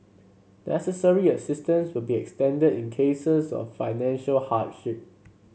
necessary assistance will be extended in cases of financial hardship